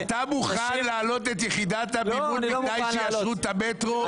אתה מוכן להעלות את יחידת המימון בתנאי שיאשרו את המטרו?